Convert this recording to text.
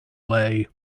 lay